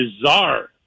bizarre